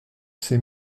ces